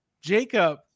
Jacob